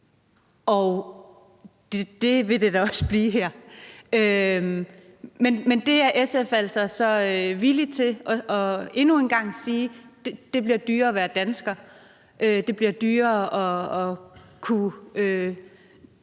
og det vil det da også blive her. Men der er SF altså villig til endnu en gang at sige: Det bliver dyrere at være dansker, det bliver dyrere at bestille